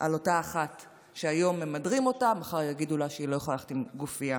על אותה אחת שהיום מדירים ומחר יגידו לה שהיא לא יכולה ללכת בגופייה.